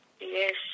Yes